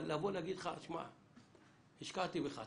אבל להגיד לך השקעתי בך,